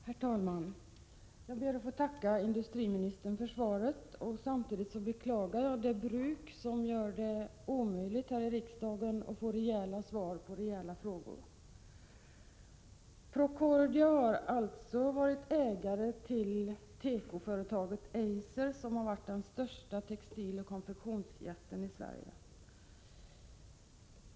Herr talman! Jag ber att få tacka industriministern för svaret. Samtidigt beklagar jag det bruk som gör det omöjligt att här i riksdagen få rejäla svar på rejäla frågor. Procordia har varit ägare till tekoföretaget Eiser, som har varit den största textiloch konfektionsjätten i Sverige.